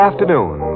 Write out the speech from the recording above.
Afternoon